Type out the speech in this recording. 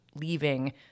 leaving